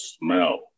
smell